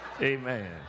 Amen